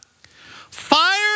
fire